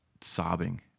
sobbing